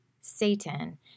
satan